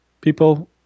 people